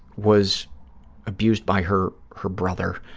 was abused by her her brother.